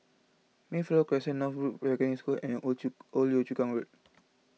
Mayflower Crescent North School and Old Yio Old Yio Chu Kang Road